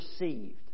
received